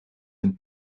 een